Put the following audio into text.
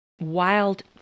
Wild